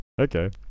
Okay